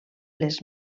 les